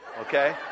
Okay